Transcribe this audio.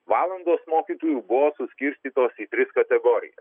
valandos mokytojų buvo suskirstytos į tris kategorijas